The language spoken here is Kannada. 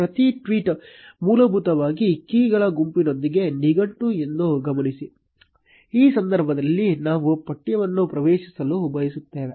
ಪ್ರತಿ ಟ್ವೀಟ್ ಮೂಲಭೂತವಾಗಿ ಕೀಗಳ ಗುಂಪಿನೊಂದಿಗೆ ನಿಘಂಟು ಎಂದು ಗಮನಿಸಿ ಈ ಸಂದರ್ಭದಲ್ಲಿ ನಾವು ಪಠ್ಯವನ್ನು ಪ್ರವೇಶಿಸಲು ಬಯಸುತ್ತೇವೆ